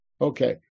Okay